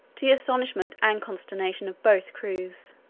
to the astonishment and consternation of both crews.